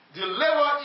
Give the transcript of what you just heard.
deliver